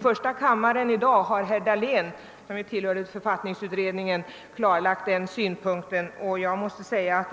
I första kammaren har i dag herr Dahlén, som ju tillhörde författningsutredningen, klargjort den saken, och på den punkten måste jag säga att